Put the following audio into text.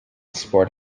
sport